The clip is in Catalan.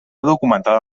documentada